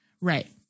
Right